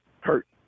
hurt